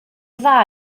dda